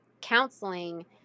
counseling